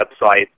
website